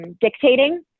dictating